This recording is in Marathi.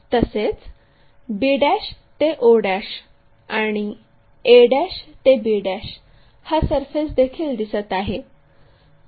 तसेच b ते o आणि a ते b हा सरफेस देखील दिसत आहे